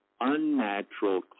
unnatural